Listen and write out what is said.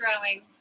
growing